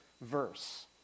verse